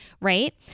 right